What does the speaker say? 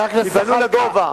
יבנו לגובה.